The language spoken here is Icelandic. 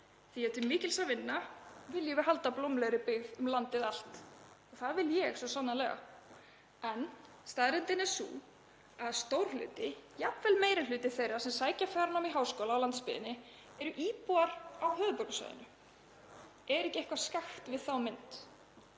Því er til mikils að vinna, viljum við halda blómlegri byggð um landið allt. Það vil ég svo sannarlega. En staðreyndin er sú að stór hluti, jafnvel meiri hluti, þeirra sem sækja fjarnám í háskóla á landsbyggðinni eru íbúar á höfuðborgarsvæðinu. Er ekki eitthvað skakkt við þá mynd?